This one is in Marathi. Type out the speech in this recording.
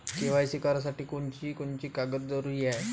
के.वाय.सी करासाठी कोनची कोनची कागद जरुरी हाय?